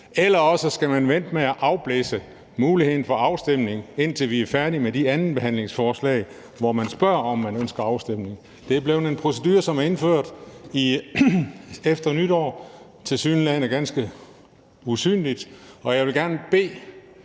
eller også skal man vente med at afblæse muligheden for afstemning, indtil vi er færdige med de andenbehandlinger af forslag, hvor man spørger, om man ønsker afstemning. Det er en procedure, som er blevet indført efter nytår, tilsyneladende ganske usynligt,